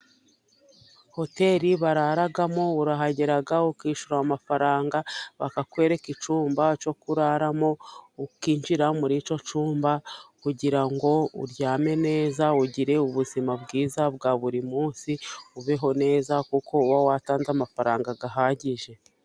Hoteri bararamo urahagera ukishyura amafaranga, bakakwereka icyumba cyo kuraramo, ukinjira muri icyo cyumba kugira ngo uryame neza ugire ubuzima bwiza bwa buri munsi ubeho neza, kuko wowe watanze amafaranga ahagije.